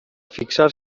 fixar